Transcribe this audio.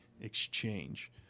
exchange